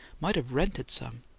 might have rented some.